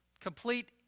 Complete